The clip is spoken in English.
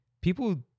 people